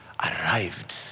arrived